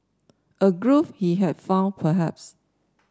a groove he had found perhaps